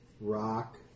rock